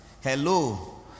Hello